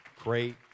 great